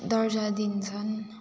दर्जा दिन्छन्